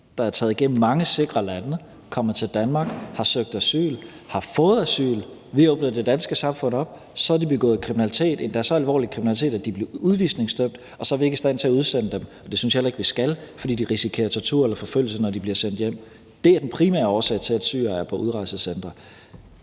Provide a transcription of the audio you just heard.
der er taget igennem mange sikre lande, kommet til Danmark, har søgt asyl, har fået asyl – vi åbnede det danske samfund op – så har de begået kriminalitet, endda så alvorlig kriminalitet, at de er blevet udvisningsdømt, og så er vi ikke i stand til at udsende dem, og det synes jeg heller ikke vi skal, fordi de risikerer tortur eller forfølgelse, når de bliver sendt hjem. Det er den primære årsag til, at syrere er på udrejsecentre.